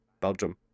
Belgium